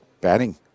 batting